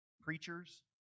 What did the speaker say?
preachers